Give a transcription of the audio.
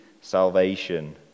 salvation